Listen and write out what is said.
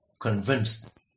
convinced